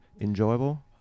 enjoyable